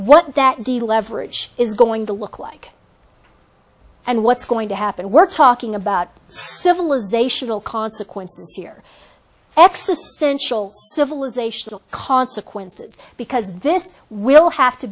what that the leverage is going to look like and what's going to happen we're talking about civilizational consequence here existential civilizational consequences because this will have to